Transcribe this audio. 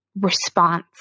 response